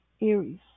Aries